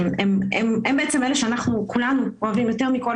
הם בעצם אלה שכולנו אוהבים יותר מכול,